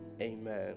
Amen